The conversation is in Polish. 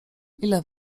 ile